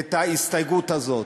את ההסתייגות הזאת.